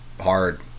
hard